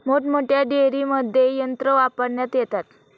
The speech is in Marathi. मोठमोठ्या डेअरींमध्ये यंत्रे वापरण्यात येतात